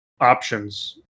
options